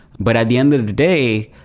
but at the end of the day,